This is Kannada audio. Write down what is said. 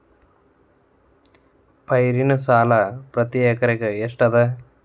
ಪೈರಿನ ಸಾಲಾ ಪ್ರತಿ ಎಕರೆಗೆ ಎಷ್ಟ ಅದ?